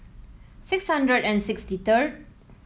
six hundred and sixty third